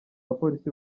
bapolisi